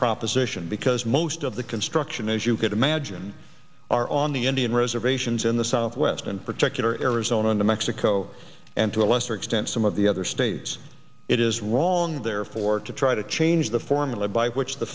proposition because most of the construction is you could imagine are on the indian reservations in the southwest in particular arizona new mexico and to a lesser extent some of the other states it is wrong there or to try to change the formula by which the